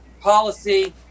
policy